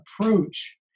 approach